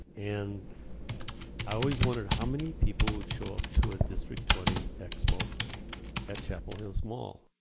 and i always wondered how many people would show up to a district twenty expo at chapel hills mall.